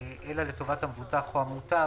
לסוכני הביטוח - או במקרים אחרים